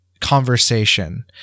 conversation